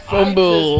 Fumble